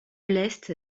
l’est